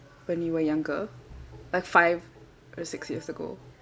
when you were younger like five or six years ago